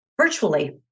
virtually